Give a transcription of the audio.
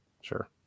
sure